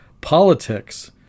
politics